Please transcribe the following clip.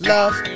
Love